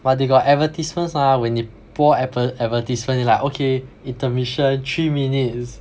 but they got advertisements mah when they 播 adver~ advertisement like okay intermission three minutes